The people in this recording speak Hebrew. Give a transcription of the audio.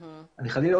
חלילה,